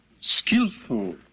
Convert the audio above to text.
skillful